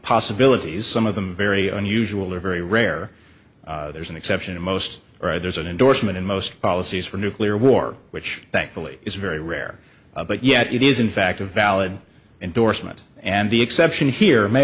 possibilities some of them very unusual or very rare there's an exception in most or there's an endorsement in most policies for nuclear war which thankfully is very rare but yet it is in fact a valid endorsement and the exception here may